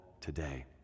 today